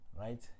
Right